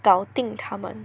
搞定他们